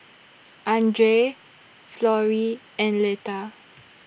Andrae Florrie and Leta